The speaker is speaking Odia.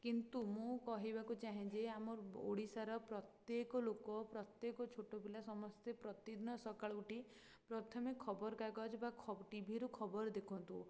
କିନ୍ତୁ ମୁଁ କହିବାକୁ ଚାହେଁ ଯେ ଆମ ଓଡ଼ିଶାର ପ୍ରତ୍ୟେକ ଲୋକ ପ୍ରତ୍ୟେକ ଛୋଟ ପିଲା ସମସ୍ତେ ପ୍ରତିଦିନ ସକାଳୁ ଉଠି ପ୍ରଥମେ ଖବର କାଗଜ ବା ଟିଭିରୁ ଖବର ଦେଖନ୍ତୁ